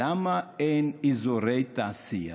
למה אין אזורי תעשייה?